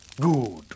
Good